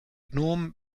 gnom